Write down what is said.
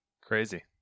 Crazy